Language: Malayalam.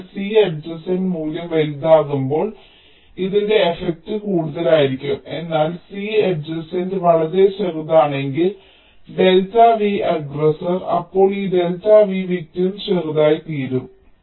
അതിനാൽ C അഡ്ജസൻറ് മൂല്യം വലുതാകുമ്പോൾ ഇതിന്റെ എഫ്ഫക്റ്റ് കൂടുതലായിരിക്കും എന്നാൽ C അഡ്ജസൻറ് വളരെ ചെറുതാണെങ്കിൽ ഡെൽറ്റ V അഗ്രസ്സർ അപ്പോൾ ഈ ഡെൽറ്റ V വിക്ടിം ചെറുതായിത്തീരും